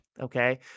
okay